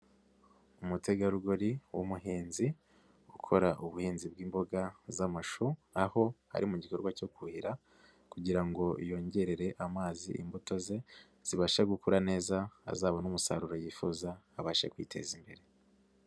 Umutegarugori w'umuhinzi ukora ubuhinzi bw'imboga z'amashu, aho ari mu gikorwa cyo kuhira kugira ngo yongerere amazi imbuto ze zibashe gukura neza azabone umusaruro yifuza abashe kwiteza imbere.